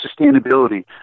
sustainability